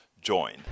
join